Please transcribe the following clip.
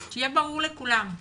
שיהיה ברור לכולם.